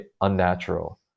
unnatural